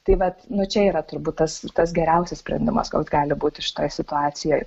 tai vat nu čia yra turbūt tas tas geriausias sprendimas koks gali būti šitoj situacijoj